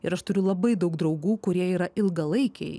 ir aš turiu labai daug draugų kurie yra ilgalaikiai